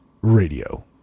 Radio